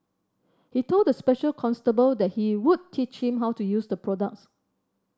he told the special constable that he would teach him how to use the products